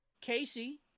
casey